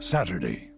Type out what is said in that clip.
Saturday